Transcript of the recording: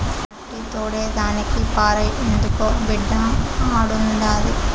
మట్టి తోడేదానికి పార అందుకో బిడ్డా ఆడుండాది